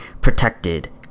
protected